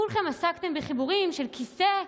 כולכם עסקתם בחיבור ראש האופוזיציה לכיסאו.